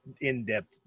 in-depth